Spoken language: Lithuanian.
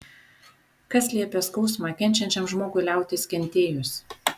kas liepia skausmą kenčiančiam žmogui liautis kentėjus